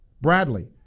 Bradley